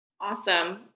Awesome